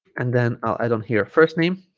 and then i'll add on here first name